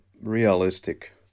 realistic